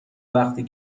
وقتی